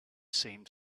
seemed